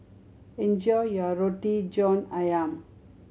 enjoy your Roti John Ayam